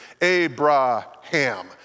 Abraham